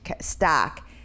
stock